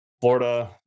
Florida